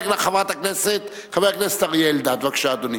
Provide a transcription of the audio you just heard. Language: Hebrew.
חבר הכנסת אריה אלדד, בבקשה, אדוני.